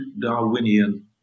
Darwinian